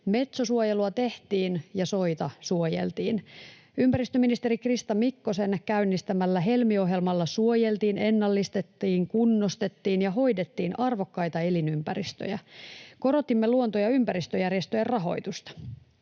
Metso-suojelua tehtiin, ja soita suojeltiin. Ympäristöministeri Krista Mikkosen käynnistämällä Helmi-ohjelmalla suojeltiin, ennallistettiin, kunnostettiin ja hoidettiin arvokkaita elinympäristöjä. Korotimme luonto- ja ympäristöjärjestöjen rahoitusta.